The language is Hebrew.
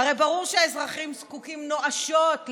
הרי ברור שהאזרחים זקוקים נואשות לתקציב.